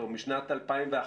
משנת 2011,